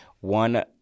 one